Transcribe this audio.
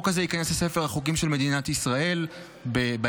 הזה ייכנס לספר החוקים של מדינת ישראל בהמשך.